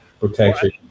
protection